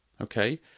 Okay